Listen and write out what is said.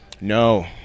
No